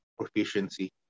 proficiency